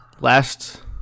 last